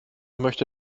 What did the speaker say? möchte